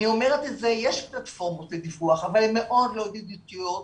יש פלטפורמות לדיווח, אבל הן מאוד לא ידידותיות,